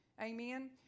amen